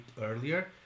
earlier